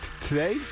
today